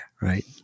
right